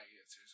answers